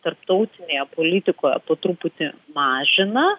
tarptautinėje politikoje po truputį mažina